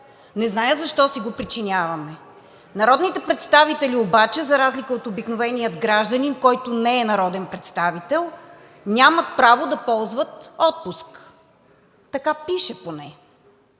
Не зная защо си го причиняваме?! Народните представители обаче, за разлика от обикновения гражданин, който не е народен представител, нямат право да ползват отпуск. Така пише поне.